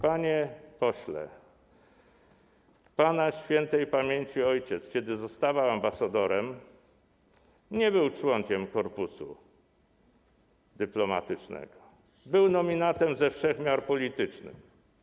Panie pośle, pana śp. ojciec, kiedy zostawał ambasadorem, nie był członkiem korpusu dyplomatycznego, był nominatem ze wszech miar politycznym.